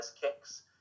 kicks